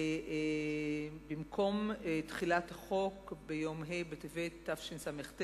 במקום תחילת החוק ביום ה' בטבת תשס"ט,